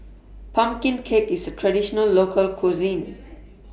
Pumpkin Cake IS A Traditional Local Cuisine